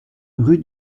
rue